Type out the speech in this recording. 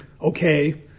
okay